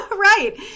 Right